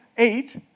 eight